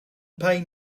pain